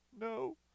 No